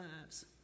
lives